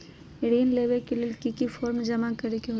ऋण लेबे ले की की फॉर्म जमा करे होते?